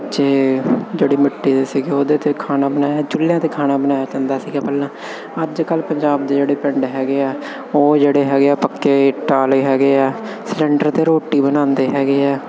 ਕੱਚੇ ਜਿਹੜੇ ਮਿੱਟੀ ਦੇ ਸੀਗੇ ਉਹਦੇ 'ਤੇ ਖਾਣਾ ਬਣਾਇਆ ਚੁੱਲਿਆਂ 'ਤੇ ਖਾਣਾ ਬਣਾਇਆ ਜਾਂਦਾ ਸੀਗਾ ਪਹਿਲਾਂ ਅੱਜ ਕੱਲ੍ਹ ਪੰਜਾਬ ਦੇ ਜਿਹੜੇ ਪਿੰਡ ਹੈਗੇ ਹੈ ਉਹ ਜਿਹੜੇ ਹੈਗੇ ਹੈ ਪੱਕੇ ਇੱਟ ਵਾਲੇ ਹੈਗੇ ਹੈ ਸਿਲੰਡਰ 'ਤੇ ਰੋਟੀ ਬਣਾਉਂਦੇ ਹੈਗੇ ਹੈ